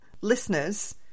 listeners